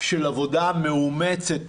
של עבודה מאומצת,